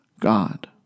God